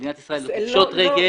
מדינת ישראל לא תפשוט רגל,